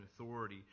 authority